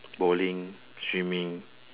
bowling swimming